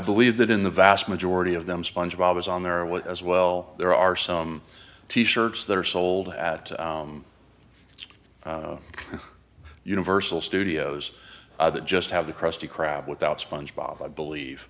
believe that in the vast majority of them sponge bob is on there with as well there are some t shirts that are sold at universal studios that just have the krusty krab without sponge bob i believe